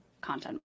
content